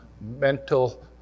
mental